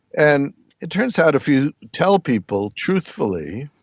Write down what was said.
and it turns out if you tell people truthfully,